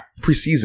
preseason